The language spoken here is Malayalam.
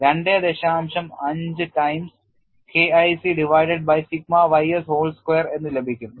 5 times K IC divided by sigma ys whole square എന്ന് ലഭിക്കും